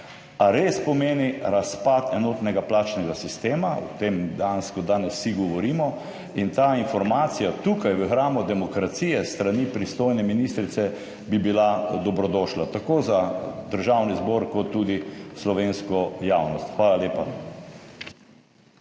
res pomeni razpad enotnega plačnega sistema. O tem dejansko danes vsi govorimo in ta informacija tukaj v hramu demokracije s strani pristojne ministrice bi bila dobrodošla tako za Državni zbor kot tudi slovensko javnost. Hvala lepa.